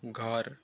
घर